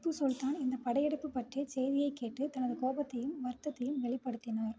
திப்பு சுல்தான் இந்த படையெடுப்பு பற்றிய செய்தியை கேட்டு தனது கோபத்தையும் வருத்தத்தையும் வெளிப்படுத்தினார்